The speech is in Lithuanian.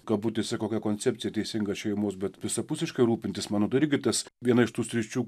kabutėse kokia koncepcija teisinga šeimos bet visapusiškai rūpintis manau gai irgi tas viena iš tų sričių